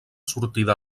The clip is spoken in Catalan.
sortida